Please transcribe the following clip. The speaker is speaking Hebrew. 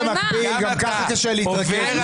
מי נמנע?